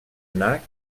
fnac